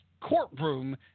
courtroom